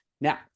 Now